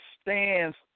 stands